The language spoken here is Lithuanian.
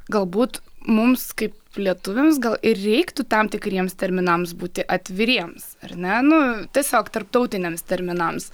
galbūt mums kaip lietuviams gal ir reiktų tam tikriems terminams būti atviriems ar ne nu tiesiog tarptautiniams terminams